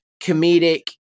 comedic